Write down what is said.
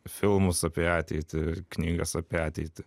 filmus apie ateitį knygas apie ateitį